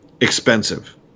expensive